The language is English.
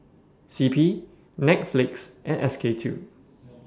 C P Netflix and S K two